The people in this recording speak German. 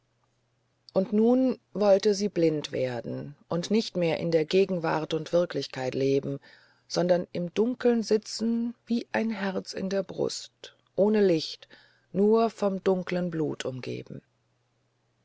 und nun wollte sie blind werden und nicht mehr in der gegenwart und wirklichkeit leben sondern im dunkeln sitzen wie ein herz in der brust ohne licht nur vom dunkeln blut umgeben